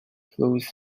flows